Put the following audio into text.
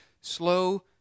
slow